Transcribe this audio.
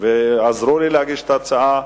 ועזרו לי להגיש את ההצעה,